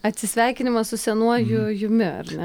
atsisveikinimas su senuoju jumi ar ne